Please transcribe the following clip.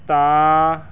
ਤਾਂ